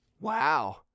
Wow